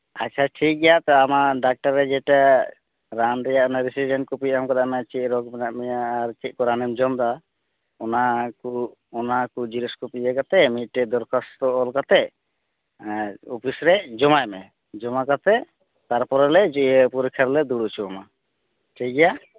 ᱟᱪᱪᱷᱟ ᱴᱷᱤᱠᱜᱮᱭᱟ ᱛᱚ ᱟᱢᱟᱜ ᱰᱟᱠᱛᱟᱨᱤ ᱡᱮᱴᱟ ᱨᱟᱱ ᱨᱮᱭᱟᱜ ᱚᱱᱟ ᱨᱮᱥᱤᱰᱮᱱᱴ ᱠᱚᱯᱤᱭ ᱮᱢ ᱟᱠᱟᱫᱟ ᱚᱱᱟ ᱪᱮᱫ ᱨᱳᱜᱽ ᱢᱮᱱᱟᱜ ᱢᱮᱭᱟ ᱟᱨ ᱪᱮᱫ ᱠᱚ ᱨᱟᱱᱮᱢ ᱡᱚᱢ ᱮᱫᱟ ᱚᱱᱟ ᱠᱚ ᱚᱱᱟ ᱠᱚ ᱡᱮᱨᱚᱠᱥ ᱠᱚᱯᱤ ᱤᱭᱟᱹ ᱠᱟᱛᱮᱫ ᱢᱤᱫᱴᱮᱱ ᱫᱚᱨᱠᱟᱥᱛᱚ ᱚᱞ ᱠᱟᱛᱮ ᱚᱯᱤᱥ ᱨᱮ ᱡᱚᱢᱟᱭ ᱢᱮ ᱡᱚᱢᱟ ᱠᱟᱛᱮᱫ ᱛᱟᱨᱯᱚᱨᱮᱞᱮ ᱤᱭᱟᱹ ᱯᱚᱨᱤᱠᱠᱷᱟ ᱨᱮᱞᱮ ᱫᱩᱲᱩᱵ ᱦᱚᱪᱚᱣᱟᱢᱟ ᱴᱷᱤᱠᱜᱮᱭᱟ